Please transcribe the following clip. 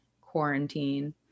quarantine